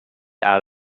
out